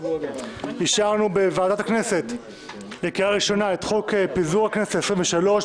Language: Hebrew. אישרנו בוועדת הכנסת לקריאה ראשונה את חוק פיזור הכנסת העשרים ושלוש,